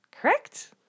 Correct